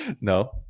No